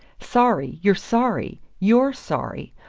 sorry you're sorry? you're sorry?